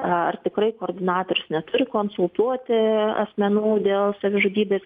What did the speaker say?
ar tikrai koordinatorius neturi konsultuoti asmenų dėl savižudybės